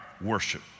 worship